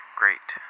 great